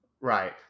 right